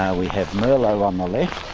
ah we have merlot on the left,